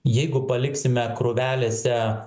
jeigu paliksime krūvelėse